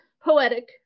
poetic